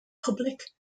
public